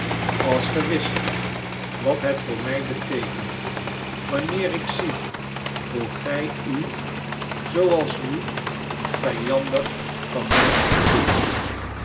als ge wist wat het voor mij beteekent wanneer ik zie hoe gij u zooals nu vijandig van mij afkeert